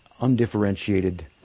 undifferentiated